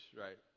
right